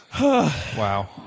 Wow